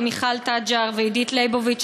למיכל תג'ר ולעידית ליבוביץ,